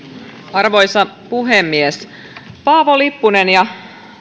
arvoisa puhemies paavo lipponen ja